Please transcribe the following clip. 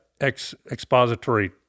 expository